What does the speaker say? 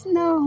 no